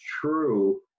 true